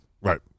Right